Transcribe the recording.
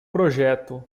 projeto